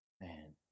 man